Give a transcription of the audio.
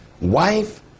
wife